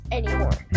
anymore